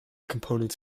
components